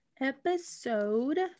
Episode